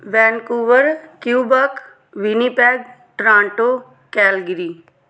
Vancouver Quebec Winnipeg Toronto Calgary